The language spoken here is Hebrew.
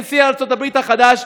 נשיא ארצות-הברית החדש,